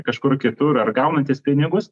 kažkur kitur ar gaunantis pinigus